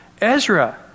Ezra